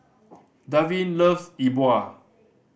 Davin loves E Bua